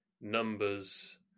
numbers